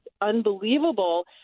unbelievable